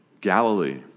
Galilee